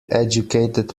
educated